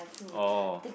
oh